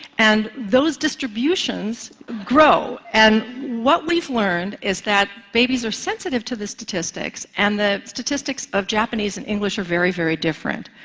and those distributions grow. and what we've learned is that babies are sensitive to the statistics and the statistics of japanese and english are very, very different.